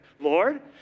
Lord